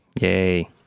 Yay